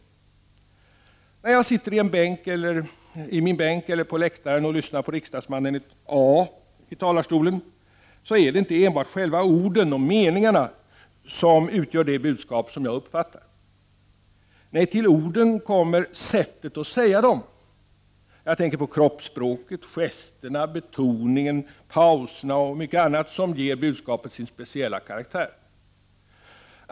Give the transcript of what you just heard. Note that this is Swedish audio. När jag sitter i min bänk eller på läktaren och lyssnar på riksdagsmannen A i talarstolen är det inte enbart själva orden och meningarna som utgör det budskap som jag uppfattar. Nej, till orden kommer sättet att säga dem. Jag tänker på kroppsspråket, gesterna, betoningen, pauserna och mycket annat som ger budskapet dess speciella karaktär.